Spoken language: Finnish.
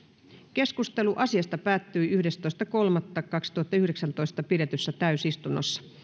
keskustelu asiasta päättyi yhdestoista kolmatta kaksituhattayhdeksäntoista pidetyssä täysistunnossa